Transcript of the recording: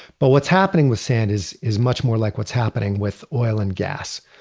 but what's happening with sand is is much more like what's happening with oil and gas,